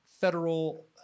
federal